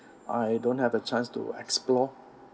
I don't have a chance to explore